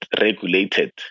regulated